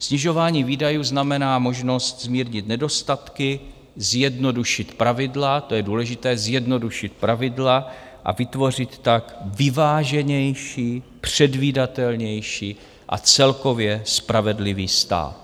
Snižování výdajů znamená možnost zmírnit nedostatky, zjednodušit pravidla to je důležité, zjednodušit pravidla a vytvořit tak vyváženější, předvídatelnější a celkově spravedlivý stát.